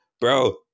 bro